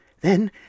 Then